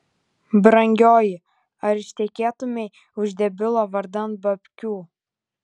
brangioji ar ištekėtumei už debilo vardan babkių